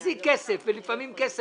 שגית, תהיה אפשרות בתנאים שיקבע